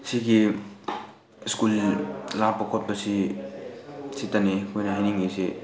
ꯁꯤꯒꯤ ꯁ꯭ꯀꯨꯜ ꯂꯥꯞꯄ ꯈꯣꯠꯄꯁꯤ ꯁꯤꯇꯅꯤ ꯑꯩꯈꯣꯏꯅ ꯍꯥꯏꯅꯤꯡꯉꯤꯁꯤ